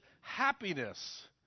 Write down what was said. happiness